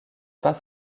pas